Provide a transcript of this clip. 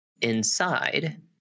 inside